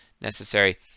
necessary